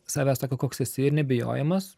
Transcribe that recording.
savęs tokio koks esi ir nebijojimas